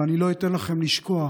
ואני לא אתן לכם לשכוח